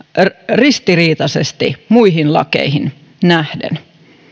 ristiriitaisesti muihin lakeihin nähden